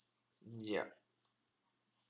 yup